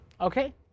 Okay